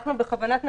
אנחנו, בכוונת מכוון,